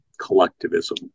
collectivism